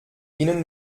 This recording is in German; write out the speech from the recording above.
ihnen